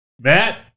Matt